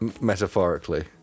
Metaphorically